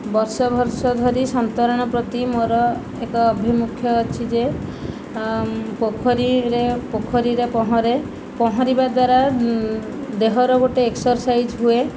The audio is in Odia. ବର୍ଷ ବର୍ଷ ଧରି ସନ୍ତରଣ ପ୍ରତି ମୋର ଏକ ଆଭିମୁଖ୍ୟ ଅଛି ଯେ ପୋଖରୀରେ ପୋଖରୀରେ ପହଁରେ ପହଁରିବା ଦ୍ୱାରା ଦେହର ଗୋଟେ ଏକ୍ସର୍ସାଇଜ୍ ହୁଏ